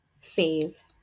save